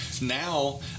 now